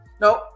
nope